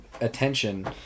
attention